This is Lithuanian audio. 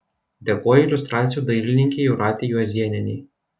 dėkoju iliustracijų dailininkei jūratei juozėnienei